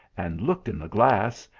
and looked in the glass,